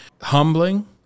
humbling